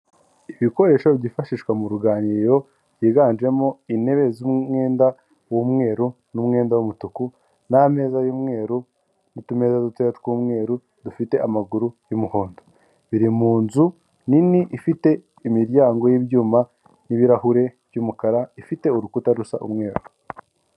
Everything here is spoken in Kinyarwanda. Ibikoresho byifashishwa mu ruganiriro byiganjemo intebe z'umwenda w'umweru n'umwenda w'umutuku n'ameza y'umweru n'utumeza duto tw'umweru dufite amaguru y'umuhondo biri mu nzu nini ifite imiryango y'ibyuma n'ibirahure by'umukara ifite urukuta rusa umweru.